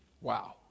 Wow